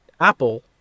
apple